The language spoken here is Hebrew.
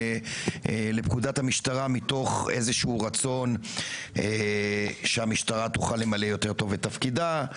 לפקודת המשטרה מתוך איזשהו רצון שהמשטרה תוכל למלא יותר טוב את תפקידה,